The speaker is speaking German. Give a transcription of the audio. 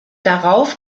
darauf